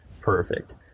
perfect